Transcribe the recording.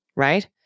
Right